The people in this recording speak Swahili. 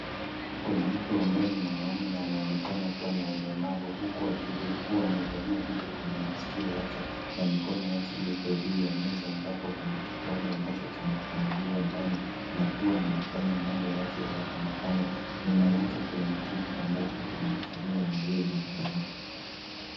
Kuna mtu ambaye ni mwanaume na anaonekana kuwa na ulemavu huku akiwa amevalia vitu kwenye masikio yake na mikono yake iko juu ya meza ambapo kuna kitabu ambacho kimefunguliwa ndani na kuwa anafanya mambo yake yaonekana pale. Nyuma yake kuna kiti ambacho kimekaliwa na yeye mwenyewe.